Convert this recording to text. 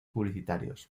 publicitarios